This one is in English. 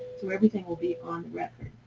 so everything will be on record.